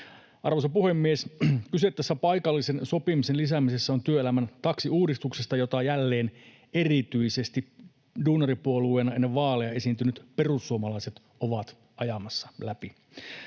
Arvoisa puhemies! Kyse tässä paikallisen sopimisen lisäämisessä on työelämän taksiuudistuksesta, jota jälleen erityisesti duunaripuolueena ennen vaaleja esiintynyt perussuomalaiset ovat ajamassa läpi.